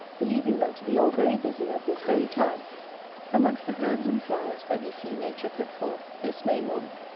believing them to be all very busy at this very time amongst the herbs and flowers that we see nature puts forth this may morning.